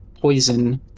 poison